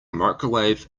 microwave